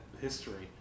history